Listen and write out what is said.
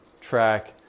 track